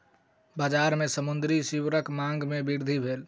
बजार में समुद्री सीवरक मांग में वृद्धि भेल